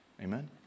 Amen